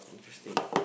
interesting